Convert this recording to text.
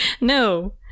No